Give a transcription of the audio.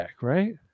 right